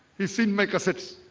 he seen my cassettes.